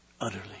utterly